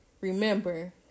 Remember